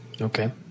Okay